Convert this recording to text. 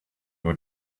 were